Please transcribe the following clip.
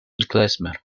klezmer